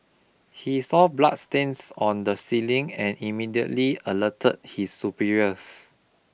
he saw bloodstains on the ceiling and immediately alerted his superiors